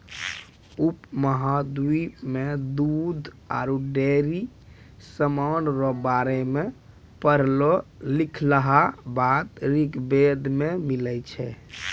उपमहाद्वीप मे दूध आरु डेयरी समान रो बारे मे पढ़लो लिखलहा बात ऋग्वेद मे मिलै छै